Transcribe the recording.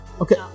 okay